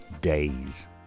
days